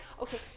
okay